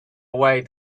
away